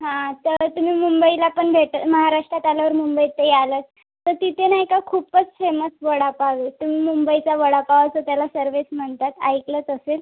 हा तर तुम्ही मुंबईला पण भेट महाराष्ट्रात आल्यावर मुंबईत तर यालंच तर तिथे नाही का खूपच फेमस वडापाव आहे तुम्ही मुंबईचा वडापाव तर त्याला सर्वच म्हणतात ऐकलंच असेल